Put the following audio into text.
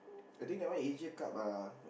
I think that one Asian Cup lah